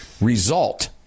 result